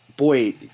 Boy